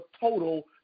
total